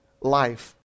life